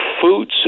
food